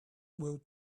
will